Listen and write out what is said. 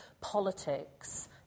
politics